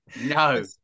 No